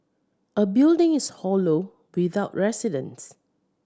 a building is hollow without residents